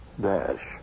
Dash